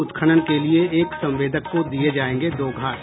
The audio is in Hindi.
उत्खनन के लिए एक संवेदक को दिये जायेंगे दो घाट